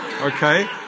Okay